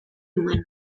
nuen